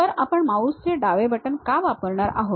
तर आपण माउस चे डावे बटण का वापरणार आहोत